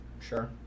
Sure